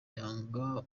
yanga